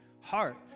heart